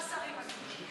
אתה שלושה שרים היום.